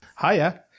Hiya